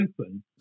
open